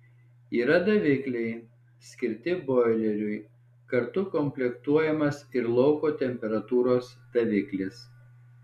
yra davikliai skirti boileriui kartu komplektuojamas ir lauko temperatūros daviklis